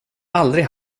aldrig